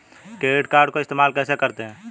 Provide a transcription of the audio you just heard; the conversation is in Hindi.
क्रेडिट कार्ड को इस्तेमाल कैसे करते हैं?